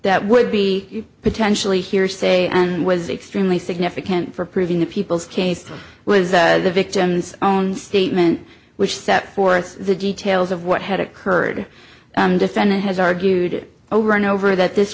that would be potentially hearsay and was extremely significant for proving the people's case was the victim's own statement which set forth the details of what had occurred defendant has argued over and over that this